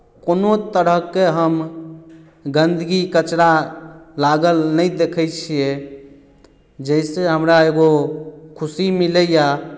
कोनो तरहके हम गन्दगी कचरा लागल नहि देखैत छियै जाहिसँ हमरा एगो खुशी मिलैए